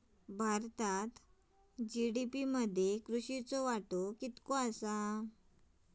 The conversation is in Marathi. भारतात जी.डी.पी मध्ये कृषीचो वाटो कितको आसा?